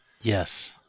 Yes